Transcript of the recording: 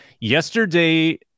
Yesterday